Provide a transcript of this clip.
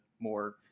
more